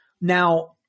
Now